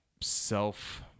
self